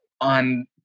on